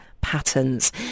patterns